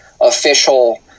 official